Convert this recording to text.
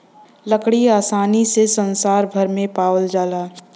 लकड़ी आसानी से संसार भर में पावाल जाला